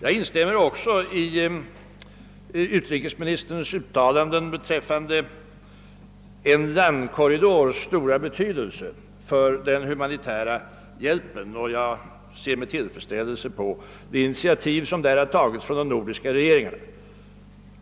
Jag instämmer också i utrikesministerns uttalanden beträffande den stora betydelsen av en landkorridor för den humanitära hjälpen. Och jag ser med tillfredsställelse på det initiativ som därvidlag tagits av de nordiska regeringarna.